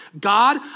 God